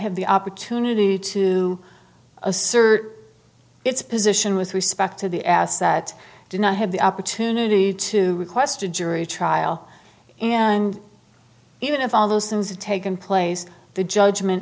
have the opportunity to assert its position with respect to the ask that do not have the opportunity to request a jury trial and even if all those things have taken place the judgment